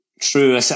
true